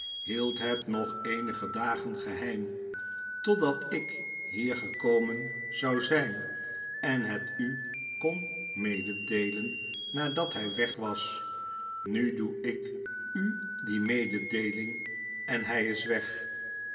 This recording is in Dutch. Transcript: hield het nog eenige dagen geheim totdat ik hier gekomen zou zyn en hetukonmeedeelen nadat hy weg was nu doe ik u die mededeeling en hij is weg